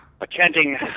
attending